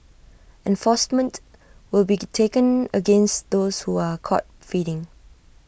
enforcement will be taken against those who are caught feeding